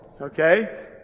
Okay